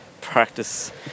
practice